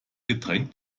getränk